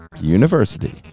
University